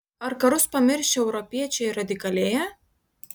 ar karus pamiršę europiečiai radikalėja